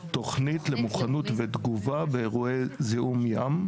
תכנית למוכנות ותגובה באירועי זיהום ים.